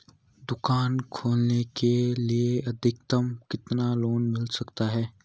दुकान खोलने के लिए अधिकतम कितना लोन मिल सकता है?